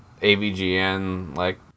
AVGN-like